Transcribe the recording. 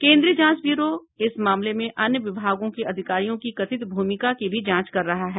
केंद्रीय जांच ब्यूरो इस मामले में अन्य विभागों के अधिकारियों की कथित भूमिका की भी जांच कर रहा है